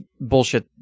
bullshit